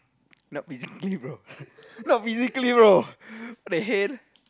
not physically bro not physically bro what the hell